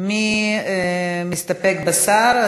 מי מסתפק בדברי השר?